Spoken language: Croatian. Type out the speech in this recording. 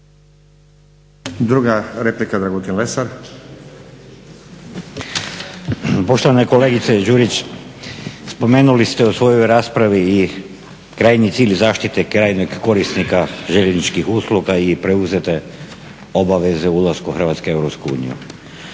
- Stranka rada)** Poštovana kolegice Đurić, spomenuli ste u svojoj raspravi i krajnji cilj zaštite krajnjeg korisnika željezničkih usluga i preuzete obaveze o ulasku Hrvatske u